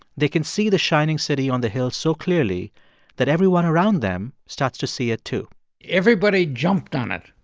they can see the shining city on the hill so clearly that everyone everyone around them starts to see it, too everybody jumped on it.